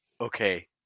Okay